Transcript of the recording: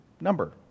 number